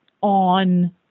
on